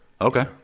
Okay